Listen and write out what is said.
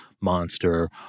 monster